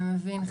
מבין,